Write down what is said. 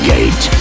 Gate